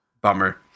Bummer